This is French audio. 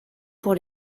pour